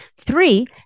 Three